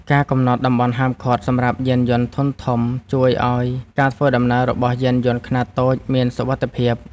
ការកំណត់តំបន់ហាមឃាត់សម្រាប់យានយន្តធុនធំជួយឱ្យការធ្វើដំណើររបស់យានយន្តខ្នាតតូចមានសុវត្ថិភាព។